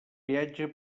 peatge